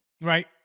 right